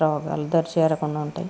రోగాలు దరిచేరకుండా ఉంటాయి